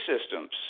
systems